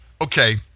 Okay